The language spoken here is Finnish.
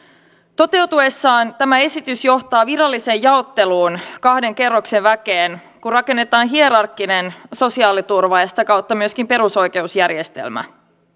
toteutuessaan tämä esitys johtaa viralliseen jaotteluun kahden kerroksen väkeen kun rakennetaan hierarkkinen sosiaaliturva ja sitä kautta myöskin perusoikeusjärjestelmä